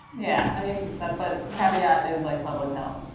yeah, i mean that's what caveat is like public health.